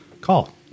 call